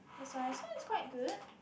that's why this one is quite good